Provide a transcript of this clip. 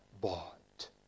bought